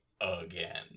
again